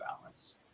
balance